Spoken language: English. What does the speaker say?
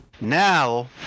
Now